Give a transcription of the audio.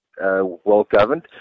well-governed